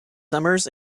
summers